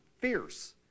fierce